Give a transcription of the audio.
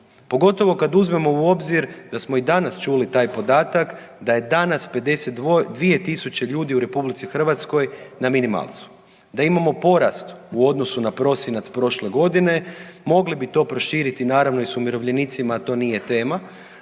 Pogotovo kad uzmemo u obzir da smo i danas čuli taj podatak da je danas 52 tisuće ljudi u RH na minimalcu. Da imamo porast u odnosu na prosinac prošle godine, mogli bi to proširiti naravno i s umirovljenicima, a to nije tema,